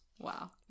Wow